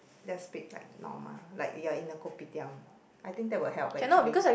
just speak like normal like you're in a kopitiam I think that will help actually